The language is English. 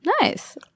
nice